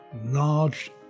large